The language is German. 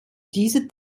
diese